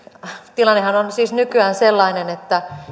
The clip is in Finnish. tilannehan on siis nykyään sellainen että